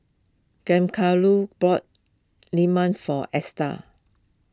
Giancarlo bought Lemang for Esta